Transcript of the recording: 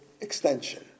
extension